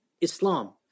Islam